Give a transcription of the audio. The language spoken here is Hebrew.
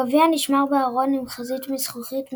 הגביע נשמר בארון עם חזית מזכוכית משוריינת,